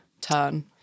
turn